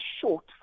short